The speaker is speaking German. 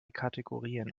kategorien